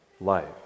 life